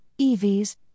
EVs